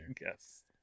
Yes